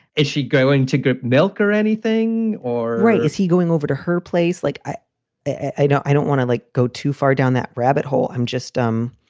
is she going to get milk or anything? or is he going over to her place? like i. i know i don't want to like go too far down that rabbit hole. i'm just um